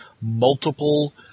multiple